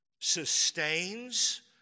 sustains